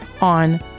on